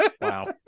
Wow